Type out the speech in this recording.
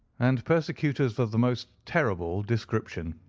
and persecutors of the most terrible description.